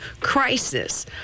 crisis